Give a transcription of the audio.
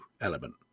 element